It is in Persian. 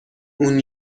اون